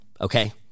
okay